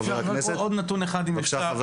עוד נתון אחד, אם אפשר.